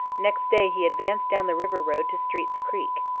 next day he advanced down the river road to street's creek.